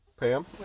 Pam